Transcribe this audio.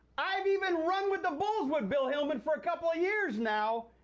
i've even run with the bulls with bill hillman for a couple of years now.